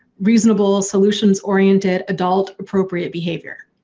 reasonable, solutions-oriented, adult, appropriate behavior.